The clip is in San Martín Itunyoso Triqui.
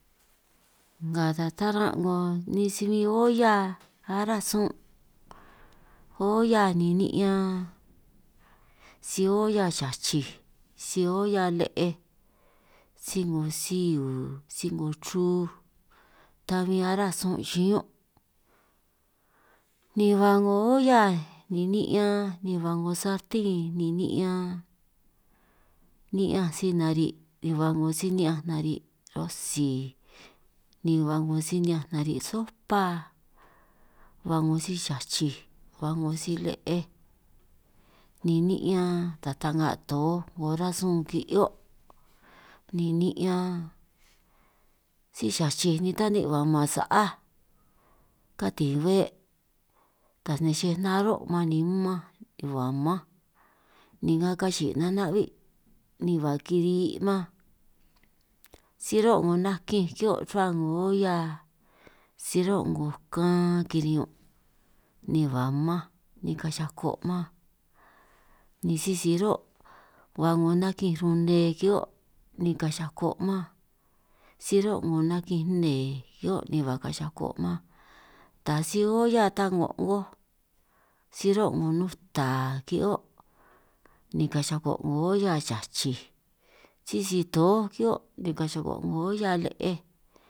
Nga ta taran' 'ngo ninj si bin olla aráj sun' olla ni ni'ñan, si olla xachij si olla le'ej si 'ngo siuu si 'ngo chruj ta bin aráj sun' xiñún', ni ba 'ngo olla ni ni'ñan ni ba 'ngo a sartén ni ni'ñan, ni'ñanj si nari' ni ba 'ngo si ni'ñanj nari' rosi, ni ba 'ngo si ni'ñanj nari' sopa, ba 'ngo si xachij ba 'ngo si le'ej ni ni'ñan taj ta'nga tooj ´ngo rasun' ki'hio', ni ni'ñan si xachij ni ta ni ba' man sa'aj katin' be' ta nej chej naro' man ni mmanj, ba mmanj ni nga kachi'i nana'hui' ni ba kiri' man, si ro' 'ngo nakinj kihio' ruhua 'ngo olla si ruhuo' 'ngo kan kiri'ñun' ni ba' mmanj, ni ka'anj xako man ni sisi ruhuo' ba 'ngo nakinj rune ki'hio' ni ka'anj xako' man, si ruhuo' 'ngo nakinj nne ki'hio' ni ba' ka'anj xako man, ta si olla ta ko'ngoj si ruhuo' 'ngo nuta ki'hio' ni ka'anj xako' 'ngo olla xachij, sisi toj ki'hio' ni ka'anj xako' 'ngo olla le'ej.